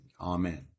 Amen